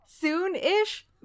soon-ish